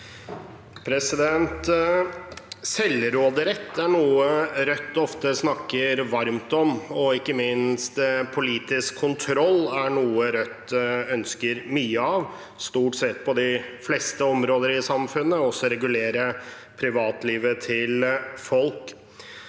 Selvråderett er noe Rødt ofte snakker varmt om. Ikke minst er politisk kontroll noe Rødt ønsker mye av, stort sett på de fleste områder i samfunnet, og også å regulere privatlivet til folk.